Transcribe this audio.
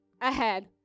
ahead